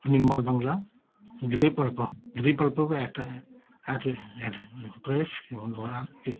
নির্মল বাংলা দুটোই প্রকল্প দুটোই প্রকল্পকে একটা একটা এ করে